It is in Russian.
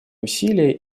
усилия